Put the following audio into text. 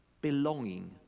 belonging